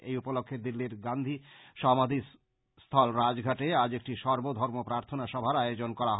এই উপলক্ষ্যে দিল্লীর গান্ধী সমাধী স্থল রাজঘাটে আজ একটি সর্ব ধর্ম প্রার্থনা সভার আয়োজন করা হয়